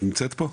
נמצאת פה?